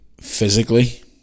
physically